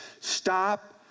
Stop